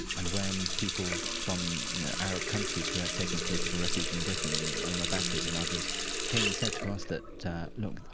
and when people from you know arab countries who had taken political refuge in britain omar bakri and others came and said to us that, look,